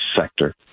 sector